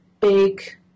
big